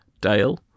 dale